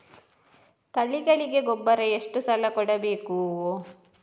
ತಳಿಗಳಿಗೆ ಗೊಬ್ಬರ ಎಷ್ಟು ಸಲ ಕೊಡಬೇಕು?